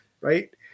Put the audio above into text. right